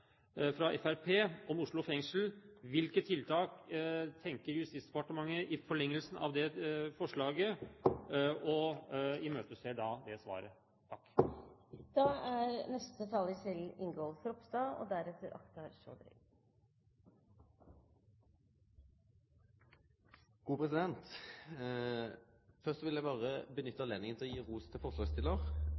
fra Fremskrittspartiet om Oslo fengsel. Hvilke tiltak tenker Justisdepartementet seg i forlengelsen av det forslaget? Jeg imøteser det svaret. Først vil eg berre nytte høvet til å gi ros til forslagsstillarane for eit godt og viktig forslag og for å